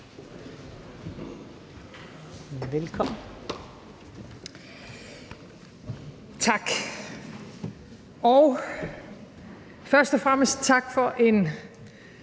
Frederiksen): Tak, og først og fremmest tak for en